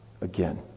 again